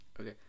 Okay